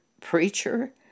preacher